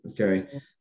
Okay